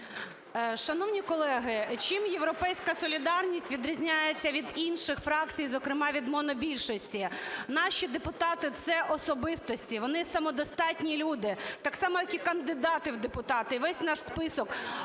Шановні колеги, чим "Європейська солідарність" відрізняється від інших фракцій, зокрема від монобільшості? Наші депутати – це особистості, вони самодостатні люди, так само як і кандидати в депутати, і весь наш список